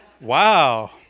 Wow